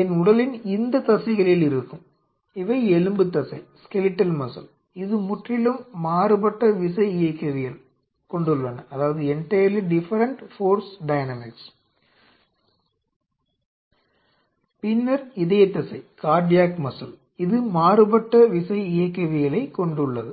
என் உடலின் இந்த தசைகளில் இருக்கும் இவை எலும்பு தசை இது முற்றிலும் மாறுபட்ட விசை இயக்கவியலைக் கொண்டுள்ளன பின்னர் இதயத் தசை இது மாறுபட்ட விசை இயக்கவியலைக் கொண்டுள்ளது